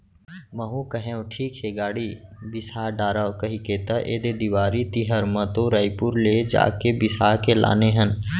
महूँ कहेव ठीक हे गाड़ी बिसा डारव कहिके त ऐदे देवारी तिहर म तो रइपुर ले जाके बिसा के लाने हन